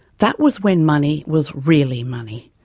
that was when money was really money.